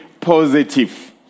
positive